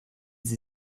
sie